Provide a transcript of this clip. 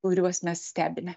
kuriuos mes stebime